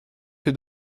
que